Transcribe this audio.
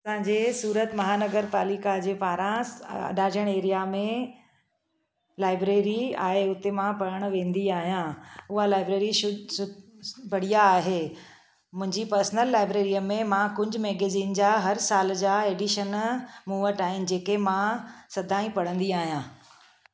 असांजे सूरत महानगर पालिका जे पारां डाजड़ एरिया में लाइब्रेरी आहे उते मां पढ़ण वेंदी आहियां उहा लाइब्रेरी बढ़िया आहे मुंहिंजी पर्सनल लाइब्रेरीअ में मां कुंज मैगज़ीन जा हर साल जा एडीशन मूं वटि आहिनि जेके मां सदा ई पढ़ंदी आहियां